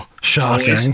shocking